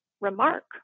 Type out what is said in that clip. remark